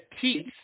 teeth